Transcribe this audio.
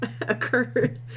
occurred